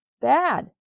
bad